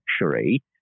luxury